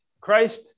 Christ